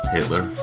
Hitler